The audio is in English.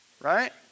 Right